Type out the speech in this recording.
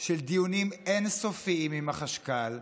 של דיונים אין-סופיים עם החשכ"ל,